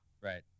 Right